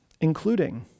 including